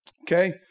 okay